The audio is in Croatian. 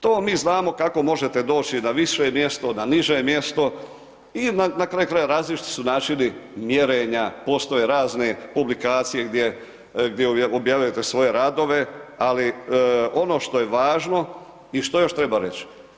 To mi znamo kako možete doći na više mjesto, na niže mjesto i na kraju krajeva, različiti su načini mjerenja, postoje razne publikacije gdje objavljujete svoje radove ali ono što je važno i što još treba reći?